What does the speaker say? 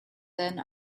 then